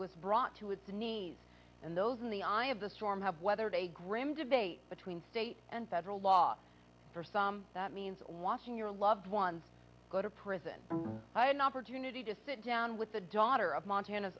was brought to its knees and those in the eye of the storm have weathered a grim debate between state and federal law for some that means watching your loved ones go to prison i had an opportunity to sit down with the daughter of montana